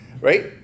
Right